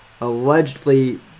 allegedly